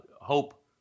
Hope